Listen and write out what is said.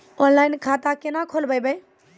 Online खाता केना खोलभैबै?